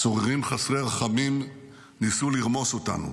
צוררים חסרי רחמים ניסו לרמוס אותנו,